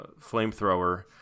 flamethrower